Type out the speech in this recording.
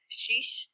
sheesh